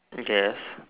I guess